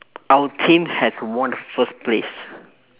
our team has won the first place